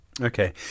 Okay